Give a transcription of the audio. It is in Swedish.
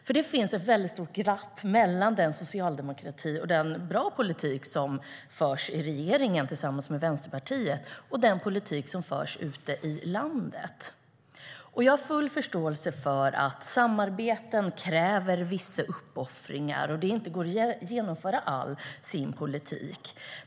Det finns nämligen ett väldigt stort glapp mellan den socialdemokrati och den bra politik som förs i regeringen tillsammans med Vänsterpartiet och den politik som förs ute i landet. Jag har full förståelse för att samarbeten kräver vissa uppoffringar och att det inte går att genomföra all sin politik.